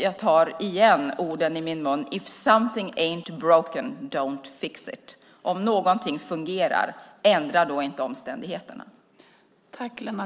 Jag tar igen orden i min mun: If something ain't broken, don't fix it! Om någonting fungerar, ändra då inte omständigheterna!